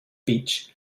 beach